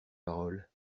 paroles